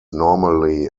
normally